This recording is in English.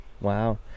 wow